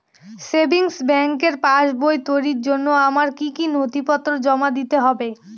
Savings ব্যাংকের পাসবই তৈরির জন্য আমার কি কি নথিপত্র জমা দিতে হবে?